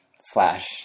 Slash